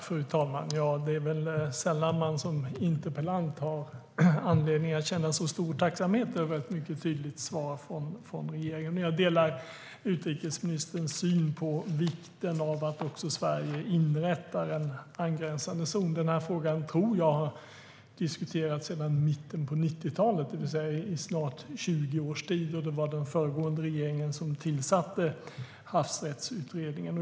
Fru talman! Det är sällan man som interpellant har anledning att känna så stor tacksamhet över ett mycket tydligt svar från regeringen, men jag delar utrikesministerns syn på vikten av att också Sverige inrättar en angränsande zon. Frågan har - tror jag - diskuterats sedan mitten av 1990-talet, det vill säga i snart 20 års tid. Det var den föregående regeringen som tillsatte Havsgränsutredningen.